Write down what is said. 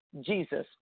Jesus